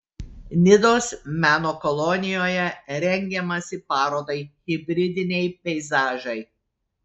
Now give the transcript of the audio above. nidos meno kolonijoje rengiamasi parodai hibridiniai peizažai